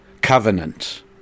covenant